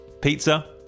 Pizza